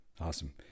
Awesome